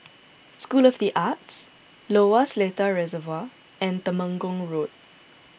School of the Arts Lower Seletar Reservoir and Temenggong Road